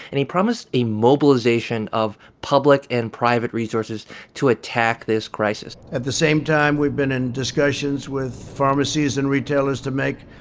and he promised a mobilization of public and private resources to attack this crisis at the same time, we've been in discussions with pharmacies and retailers to make